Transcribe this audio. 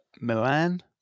Milan